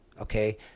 okay